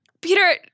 Peter